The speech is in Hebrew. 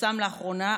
שפורסם לאחרונה,